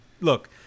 Look